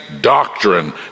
doctrine